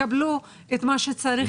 שיקבלו את מה שצריך כדי שהם יגיעו.